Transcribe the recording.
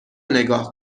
نگاه